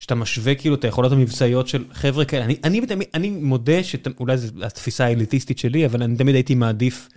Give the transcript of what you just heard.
שאתה משווה כאילו את היכולת המבצעיות של חבר'ה כאלה, אני מודה שאולי זו התפיסה האליטיסטית שלי אבל אני תמיד הייתי מעדיף.